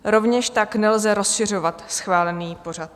Rovněž tak nelze rozšiřovat schválený pořad.